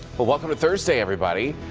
but welcome to thursday, everybody!